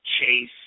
chase